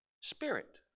Spirit